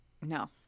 no